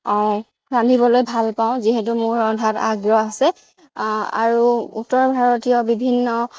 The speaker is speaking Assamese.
ৰান্ধিবলৈ ভাল পাওঁ যিহেতু মোৰ ৰন্ধাত আগ্ৰহ আছে আৰু উত্তৰ ভাৰতীয় বিভিন্ন